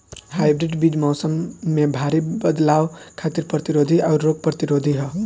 hybrid बीज मौसम में भारी बदलाव खातिर प्रतिरोधी आउर रोग प्रतिरोधी ह